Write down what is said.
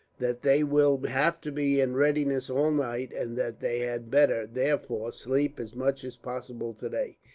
that they will have to be in readiness all night, and that they had better, therefore, sleep as much as possible today.